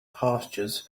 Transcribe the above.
pastures